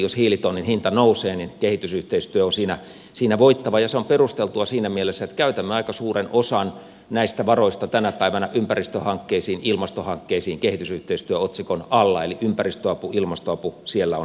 jos hiilitonnin hinta nousee niin kehitysyhteistyö on siinä voittava ja se on perusteltua siinä mielessä että käytämme aika suuren osan näistä varoista tänä päivänä ympäristöhankkeisiin ja ilmastohankkeisiin kehitysyhteistyöotsikon alla eli ympäristöapu ilmastoapu siellä on kasvamassa